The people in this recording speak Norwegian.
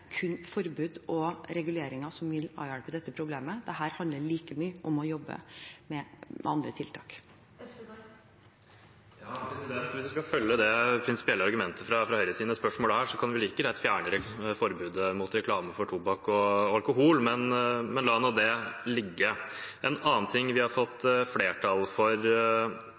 kun forbud og reguleringer som vil avhjelpe dette problemet. Dette handler like mye om å jobbe med andre tiltak. Hvis vi skal følge det prinsipielle argumentet fra høyresiden i dette spørsmålet, kan man like gjerne fjerne forbudet mot reklame for tobakk og alkohol – men la det ligge. En annen ting vi har fått flertall for,